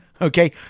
okay